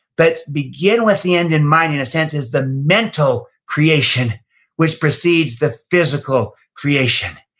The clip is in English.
but begin with the end in mind, in a sense, is the mental creation which precedes the physical creation.